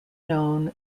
known